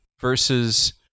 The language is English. versus